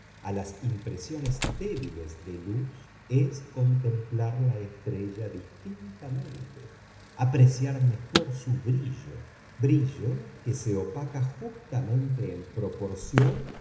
a las impresiones débiles de luz es contemplar la estrella distintamente apreciar mejor su brillo brillo que se opaca justamente en proporción